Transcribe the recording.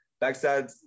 Backside